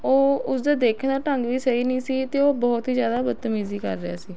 ਉਹ ਉਸਦੇ ਦੇਖਣ ਦਾ ਢੰਗ ਵੀ ਸਹੀ ਨਹੀਂ ਸੀ ਅਤੇ ਉਹ ਬਹੁਤ ਹੀ ਜ਼ਿਆਦਾ ਬਦਤਮੀਜ਼ੀ ਕਰ ਰਿਹਾ ਸੀ